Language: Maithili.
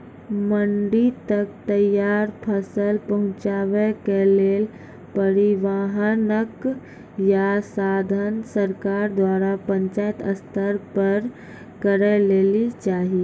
मंडी तक तैयार फसलक पहुँचावे के लेल परिवहनक या साधन सरकार द्वारा पंचायत स्तर पर करै लेली चाही?